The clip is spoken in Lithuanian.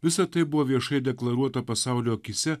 visa tai buvo viešai deklaruota pasaulio akyse